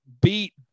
beat